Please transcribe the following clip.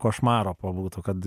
košmaro pabūtų kad